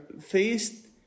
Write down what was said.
faced